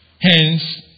Hence